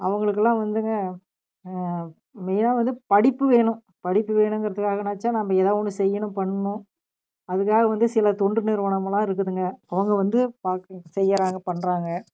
அவங்களுக்குல்லாம் வந்துங்க மெயினாக வந்து படிப்பு வேணும் படிப்பு வேணுங்கிறதுக்கனாச்சும் நம்ம எதாக ஒன்று செய்யணும் பண்ணணும் அதுக்காக வந்து சில தொண்டு நிறுவனம்லாம் இருக்குதுங்க அவங்க வந்து பாக் செய்கிறாங்க பண்ணறாங்க